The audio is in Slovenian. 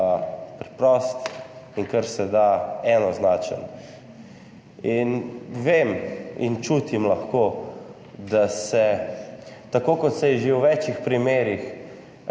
in karseda enoznačen. Vem in čutim lahko, da se, tako kot se je že v več primerih